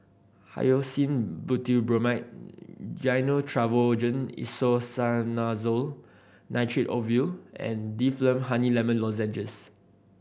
Hyoscine Butylbromide Gyno Travogen Isoconazole Nitrate Ovule and Difflam Honey Lemon Lozenges